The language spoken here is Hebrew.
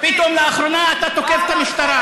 פתאום לאחרונה אתה תוקף את המשטרה,